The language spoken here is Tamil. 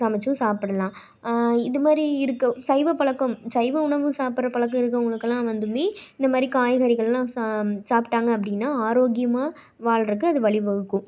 சமைச்சும் சாப்பிடலாம் இது மாதிரி இருக்கற சைவ பழக்கம் சைவ உணவு சாப்பிட்ற பழக்கம் இருக்கிறவுங்களுக்கெல்லாம் வந்தும் இந்த மாதிரி காய்கறிகளெலாம் சாப்பிட்டாங்க அப்படின்னா ஆரோக்கியமாக வாழுறக்கு அது வழிவகுக்கும்